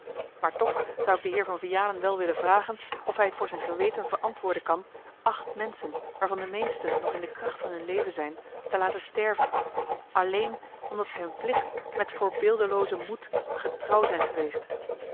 maar toch zou ik den heer van vianen wel willen vragen of hij het voor zijn geweten verantwoorden kan acht menschen waarvan de meest en nog in de kracht van hun leven zijn te laten sterven alleen omdat zij hun plicht met voorbeeldeloozen moed getrouw zijn geweest